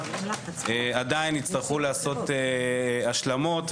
יש חשיבות לרצף החינוכי.